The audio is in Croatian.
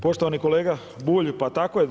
Poštovani kolega Bulj, pa tako je.